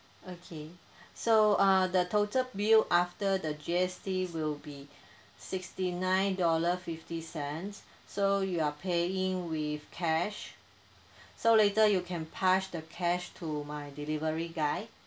okay so uh the total bill after the G_S_T will be sixty nine dollar fifty cents so you are paying with cash so later you can pass the cash to my delivery guy